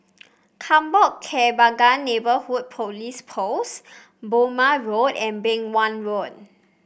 Kampong Kembangan Neighbourhood Police Post Burmah Road and Beng Wan Road